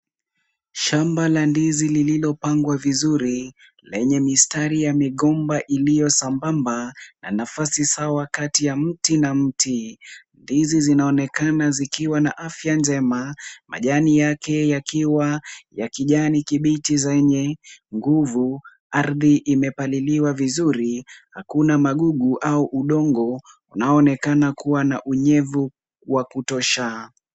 Shamba la ndizi lililopangwa vizuri lenye mistari ya migomba iliyo sambamba na nafasi sawa kati ya mti na mti. Ndizi zinaonekana zikiwa na afya njema. Majani yake yakiwa ya kijani kibichi zenye nguvu. Ardhi imepaliliwa vizuri. Hakuna magugu au udongo unaoonekana kuwa na unyevu wa kutosha.